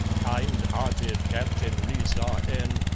kind-hearted captain reece, r n,